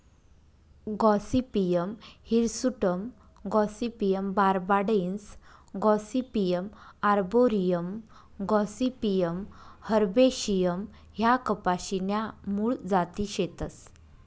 Gossypium hirsutum Gossypium barbadense Gossypium arboreum Gossypium herbaceum ह्या कपाशी न्या मूळ जाती शेतस